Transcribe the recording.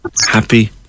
happy